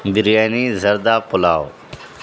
بریانی زردہ پلاؤ